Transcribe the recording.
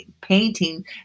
painting